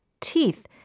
teeth